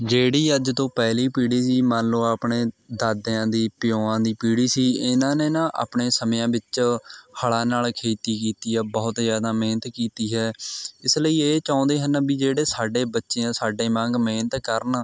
ਜਿਹੜੀ ਅੱਜ ਤੋਂ ਪਹਿਲੀ ਪੀੜ੍ਹੀ ਸੀ ਮਨ ਲਉ ਆਪਣੇ ਦਾਦਿਆਂ ਦੀ ਪਿਉਆਂ ਦੀ ਪੀੜ੍ਹੀ ਸੀ ਇਨ੍ਹਾਂ ਨੇ ਨਾ ਆਪਣੇ ਸਮਿਆਂ ਵਿੱਚ ਹਲ਼ਾਂ ਨਾਲ ਖੇਤੀ ਕੀਤੀ ਆ ਬਹੁਤ ਜ਼ਿਆਦਾ ਮਿਹਨਤ ਕੀਤੀ ਹੈ ਇਸ ਲਈ ਇਹ ਚਾਹੁੰਦੇ ਹਨ ਵੀ ਜਿਹੜੇ ਸਾਡੇ ਬੱਚੇ ਆ ਸਾਡੇ ਵਾਂਗ ਮਿਹਨਤ ਕਰਨ